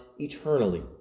eternally